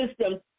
system